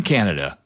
Canada